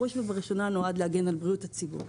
בראש ובראשונה להגן על בריאות הציבור.